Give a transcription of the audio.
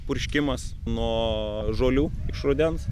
purškimas nuo žolių iš rudens